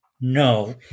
No